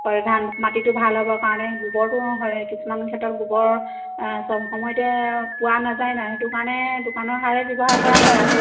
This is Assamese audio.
ধান মাটিটো ভাল হ'ব কাৰণে গোবৰটো হয় কিছুমান ক্ষেত্ৰত গোবৰ চব সময়তে পোৱা নাযায় নাই সেইটো কাৰণে দোকানৰ সাৰে ব্যৱহাৰ কৰা হয় আৰু